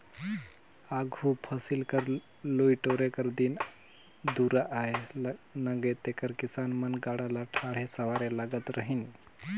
आघु फसिल कर लुए टोरे कर दिन दुरा आए नगे तेकर किसान मन गाड़ा ल ठाठे सवारे लगत रहिन